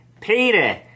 Peter